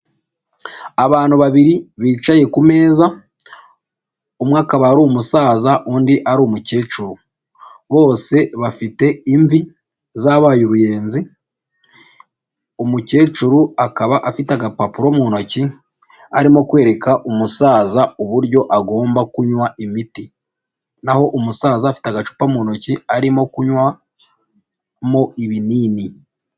Abantu babiri bicaye ku meza, umwe akaba ari umusaza undi ari umukecuru. Bose bafite imvi zabaye uruyenzi. Umukecuru akaba afite agapapuro mu ntoki, arimo kwereka umusaza uburyo agomba kunywa imiti. Naho umusaza afite agacupa mu ntoki arimo kunywa mo ibinini.